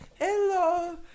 Hello